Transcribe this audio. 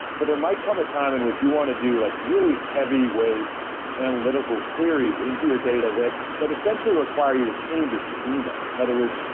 but there might come a time in which you want to do like really heavy way analytical queries into your data that that essentially require you to change your schema. in other words,